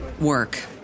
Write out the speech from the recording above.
work